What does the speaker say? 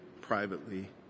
privately